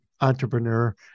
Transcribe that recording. entrepreneur